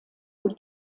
und